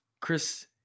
Chris